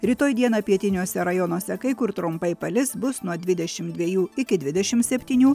rytoj dieną pietiniuose rajonuose kai kur trumpai palis bus nuo dvidešim dviejų iki dvidešim septynių